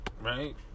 Right